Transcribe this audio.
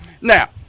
Now